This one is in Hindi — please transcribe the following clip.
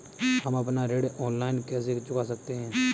हम अपना ऋण ऑनलाइन कैसे चुका सकते हैं?